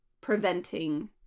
preventing